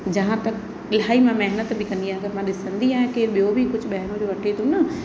जहां तक इलाही मां महिनत बि कंदी आहियां अगरि मां ॾिसंदी आहियां केरु ॿियो बि कुझु ॿाहिरां जो वठे थो न